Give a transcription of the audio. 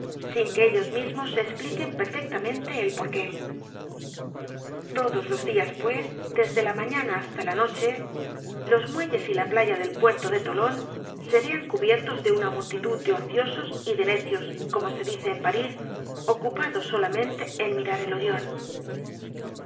sin que ellos mismos se espliquen perfectamente el por qué todos los dias pues desde la mañana hasta la noche los muelles y la playa del puerto de tolon se vean cubiertos de una multitud de ociosos y de necios como se dice en parís ocupados solamente en mirar el orion